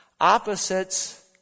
opposites